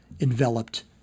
enveloped